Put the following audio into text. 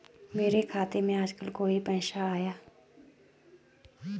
मेरे खाते में आजकल कोई पैसा आया?